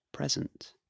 Present